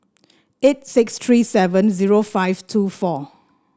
eight six three seven zero five two four